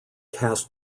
cast